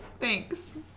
Thanks